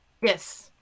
Yes